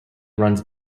runs